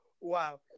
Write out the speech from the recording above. Wow